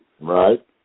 Right